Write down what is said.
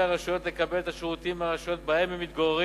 הרשויות לקבל את השירותים מהרשויות במקומות